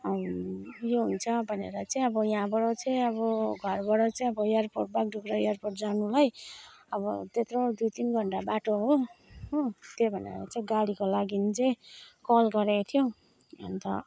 यो हुन्छ भनेर चाहिँ अब यहाँबाट चाहिँ अब घरबाट चाहिँ अब एयरपोर्ट बागडोग्रा एयरपोर्ट जानुलाई अब त्यत्रो दुई तिन घन्टा बाटो हो हो त्यही भनेर चाहिँ गाडीको लागि चाहिँ कल गरेको थियो अन्त